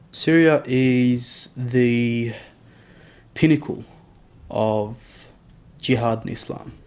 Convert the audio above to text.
syria is the pinnacle of jihad and islam.